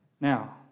Now